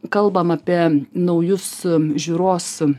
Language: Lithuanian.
kalbam apie naujus žiūros